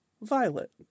violet